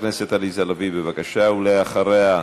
חברת הכנסת עליזה לביא, בבקשה, אחריה,